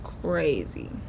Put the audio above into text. Crazy